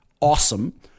awesome